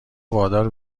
وادار